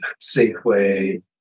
Safeway